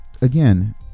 again